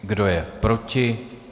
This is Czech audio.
Kdo je proti?